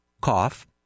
cough